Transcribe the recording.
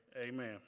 amen